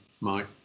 Mike